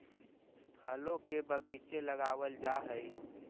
फलों के बगीचे लगावल जा हई